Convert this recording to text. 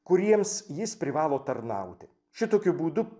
kuriems jis privalo tarnauti šitokiu būdu